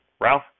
Ralph